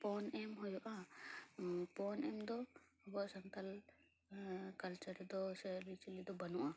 ᱯᱚᱱ ᱮᱢ ᱦᱳᱭᱳᱜᱼᱟ ᱯᱚᱱ ᱮᱢ ᱫᱚ ᱟᱵᱚᱣᱟᱜ ᱥᱟᱱᱛᱟᱲ ᱠᱟᱞᱪᱟᱨ ᱨᱮᱫᱚ ᱥᱮ ᱟᱹᱨᱤᱪᱟᱹᱞᱤ ᱨᱮᱫᱚ ᱵᱟᱹᱱᱩᱜᱼᱟ